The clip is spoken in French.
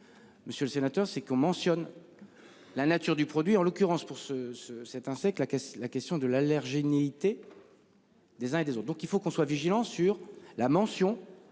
Monsieur le sénateur, c'est qu'on mentionne. La nature du produit, en l'occurrence pour ce, ce, cet insecte la caisse. La question de l'allergénicité. Des uns et des autres, donc il faut qu'on soit vigilant sur la mention